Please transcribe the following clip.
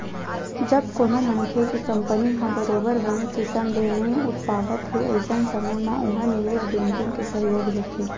जब कोनो मनखे के कंपनी ह बरोबर बने किसम ले नइ उठ पावत हे अइसन समे म ओहा निवेस बेंकिग के सहयोग लेथे